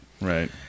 right